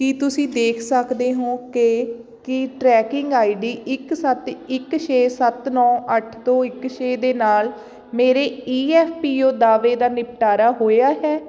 ਕੀ ਤੁਸੀਂ ਦੇਖ ਸਕਦੇ ਹੋ ਕਿ ਕੀ ਟਰੈਕਿੰਗ ਆਈ ਡੀ ਇੱਕ ਸੱਤ ਇੱਕ ਛੇ ਸੱਤ ਨੌ ਅੱਠ ਤੋਂ ਇੱਕ ਛੇ ਦੇ ਨਾਲ ਮੇਰੇ ਈ ਐਫ ਪੀ ਓ ਦਾਅਵੇ ਦਾ ਨਿਪਟਾਰਾ ਹੋਇਆ ਹੈ